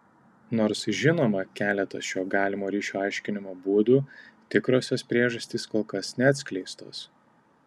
nors žinoma keletas šio galimo ryšio aiškinimo būdų tikrosios priežastys kol kas neatskleistos